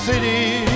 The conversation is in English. city